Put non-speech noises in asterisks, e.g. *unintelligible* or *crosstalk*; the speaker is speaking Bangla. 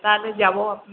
তাহলে যাব *unintelligible*